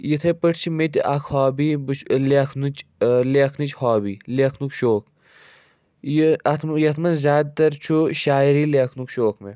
یِتھَے پٲٹھۍ چھِ میٚتہِ اَکھ ہابی بہٕ چھِ لیٚکھنٕچ لیٚکھنٕچ ہابی لیٚکھنُک شوق یہِ اَتھ مہ یَتھ منٛز زیادٕ تَر چھُ شاعری لیٚکھنُک شوق مےٚ